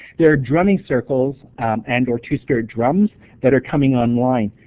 there are drumming circles and or two-spirit drums that are coming online.